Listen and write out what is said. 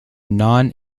non